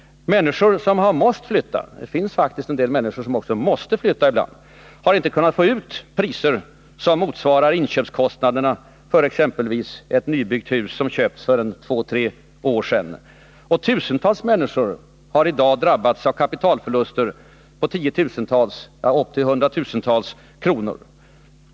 Människor som har måst flytta — det finns faktiskt människor som måste flytta — har inte kunnat få ut priser som motsvarar inköpskostnaderna för exempelvis ett nybyggt hus som köptes för två eller tre år sedan. Tusentals människor har i dag drabbats av kapitalförluster på 10 000-tals eller upp till 100 000-tals kronor.